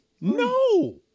No